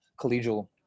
collegial